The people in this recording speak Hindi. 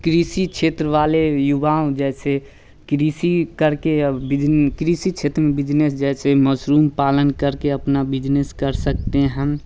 कृषि क्षेत्र वाले युवाओं जैसे कृषि करके कृषि क्षेत्र में बिजनस जैसे मशरूम पालन करके अपना बिजनस कर सकते हैं